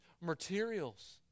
materials